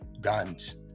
guns